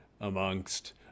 amongst